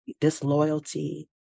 disloyalty